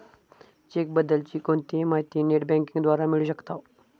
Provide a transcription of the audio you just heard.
check बद्दल ची कोणतीही माहिती नेट बँकिंग द्वारा मिळू शकताव